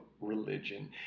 religion